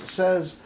says